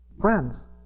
Friends